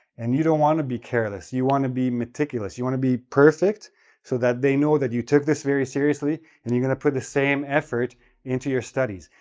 and you don't want to be careless. you want to be meticulous you want to be perfect so that they know that you took this very seriously and you're going to put the same effort into your studies.